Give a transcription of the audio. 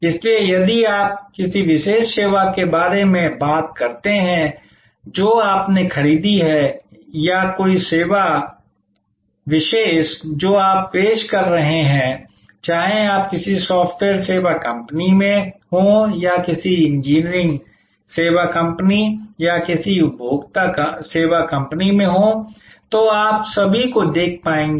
इसलिए यदि आप किसी विशेष सेवा के बारे में बात करते हैं जो आपने खरीदी है या कोई विशेष सेवा जो आप पेश कर रहे हैं चाहे आप किसी सॉफ्टवेयर सेवा कंपनी में हो या किसी इंजीनियरिंग सेवा कंपनी या किसी उपभोक्ता सेवा कंपनी में हो तो आप सभी को देख पाएंगे